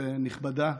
לפגוע בי,